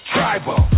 Tribal